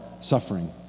suffering